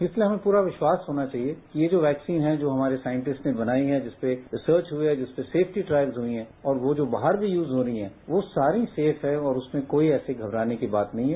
इसलिए हमें पूरा विश्वास होना चाहिए कि ये जो वैक्सीन हैं जो हमारे साइंटिस्ट्स ने बनाई हैं जिस पर रिसर्च हुई हैं जिस पर से फ्टी द्रायल्स हुए हैं और वो जो बाहर भी यूज होनी हैं वो सारी सेफ हैं और उसमें कोई ऐसी घबराने वाली बात नहीं हैं